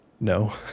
No